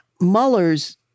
Mueller's